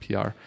PR